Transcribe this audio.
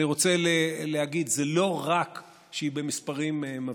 אני רוצה להגיד, זה לא רק שהיא במספרים מבהילים,